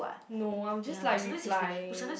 no I'm just like replying